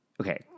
okay